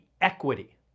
equity